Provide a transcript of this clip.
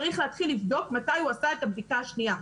צריך להתחיל לבדוק מתי הוא עשה את הבדיקה השנייה,